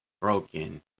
Broken